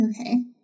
Okay